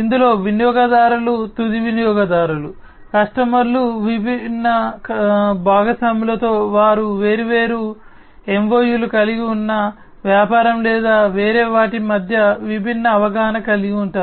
ఇందులో వినియోగదారులు తుది వినియోగదారులు కస్టమర్లు విభిన్న భాగస్వాములతో వారు వేర్వేరు MOU లు కలిగి ఉన్న వ్యాపారం లేదా వేరే వాటి మధ్య విభిన్న అవగాహన కలిగి ఉంటారు